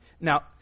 Now